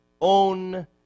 own